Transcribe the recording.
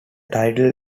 title